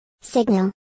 Signal